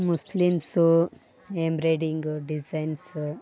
Muslims embroidering designs